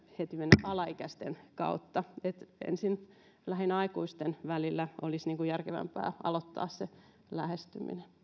heti mennään alaikäisten kautta eli ensin lähinnä aikuisten välillä olisi järkevämpää aloittaa se lähestyminen